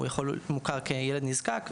הוא מוכר כילד נזקק,